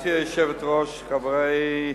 גברתי היושבת-ראש, חברי הכנסת,